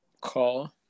call